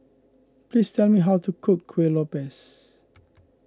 please tell me how to cook Kuih Lopes